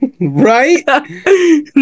right